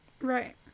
Right